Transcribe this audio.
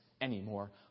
anymore